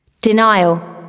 Denial